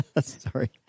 sorry